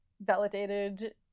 validated